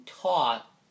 taught